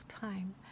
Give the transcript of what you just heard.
time